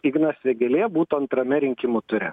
ignas vėgėlė būtų antrame rinkimų ture